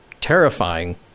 terrifying